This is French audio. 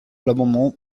l’amendement